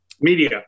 media